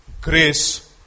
Grace